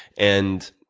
and